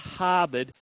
harbored